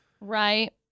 Right